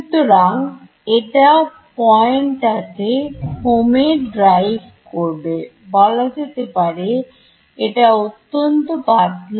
সুতরাং এটা পয়েন্ট টা কে হোমে ড্রাইভ করবেবলা যেতে পারে এটা অত্যন্ত পাতলা